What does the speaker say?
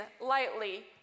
lightly